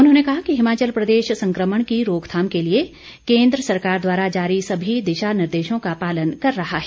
उन्होंने कहा कि हिमाचल प्रदेश संक्रमण की रोकथाम के लिए केन्द्र सरकार द्वारा जारी सभी दिशा निर्देशों का पालन कर रहा है